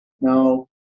now